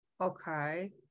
okay